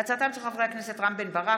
בהצעתם של חברי הכנסת רם בן ברק,